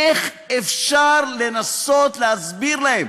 איך אפשר לנסות להסביר להם?